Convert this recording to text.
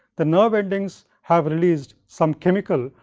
the nerve endings have released some chemical,